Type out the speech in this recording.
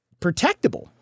protectable